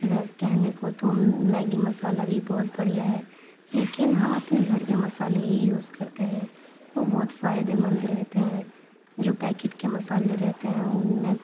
ویسے کہنے کو تو میگی مسالہ بھی بہت بڑھیا ہے لیکن ہم اپنے گھر کے مسالے ہی یوز کرتے ہیں وہ بہت فائدے مند رہتے ہیں جو پیکٹ کے مسالے رہتے ہیں ان میں